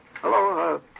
Hello